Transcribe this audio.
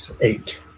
eight